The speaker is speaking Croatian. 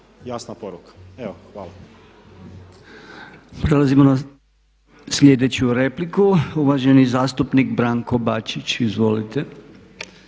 jasna poruka. Evo, hvala.